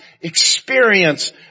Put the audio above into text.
experience